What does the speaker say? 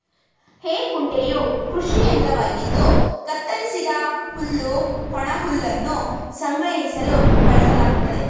ಹೇ ಕುಂಟೆಯು ಕೃಷಿ ಯಂತ್ರವಾಗಿದ್ದು ಕತ್ತರಿಸಿದ ಹುಲ್ಲು ಒಣಹುಲ್ಲನ್ನು ಸಂಗ್ರಹಿಸಲು ಬಳಸಲಾಗ್ತದೆ